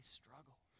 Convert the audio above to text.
struggle